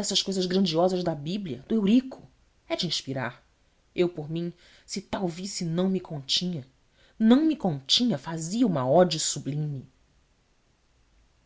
destas cousas grandiosas da bíblia do eurico é de inspirar eu por mim se tal visse não me continha não me continha fazia uma ode sublime